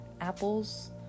apples